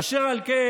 אשר על כן,